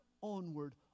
onward